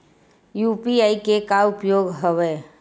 UPI के का उपयोग हवय?